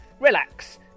relax